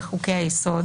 בין היתר